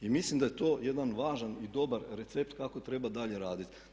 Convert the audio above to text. I mislim da je to jedan važan i dobar recept kako treba dalje raditi.